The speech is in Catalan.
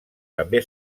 també